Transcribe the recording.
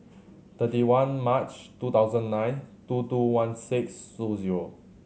thirty one March two thousand and nine two two one six two zero